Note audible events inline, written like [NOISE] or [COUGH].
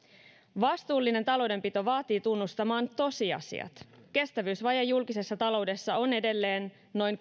vastuullinen taloudenpito vaatii tunnustamaan tosiasiat kestävyysvaje julkisessa taloudessa on edelleen noin [UNINTELLIGIBLE]